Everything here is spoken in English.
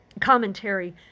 commentary